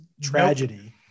tragedy